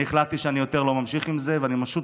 אני החלטתי שאני לא ממשיך עם זה יותר ואני פשוט